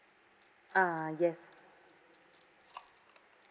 ah yes